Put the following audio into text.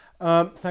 Thank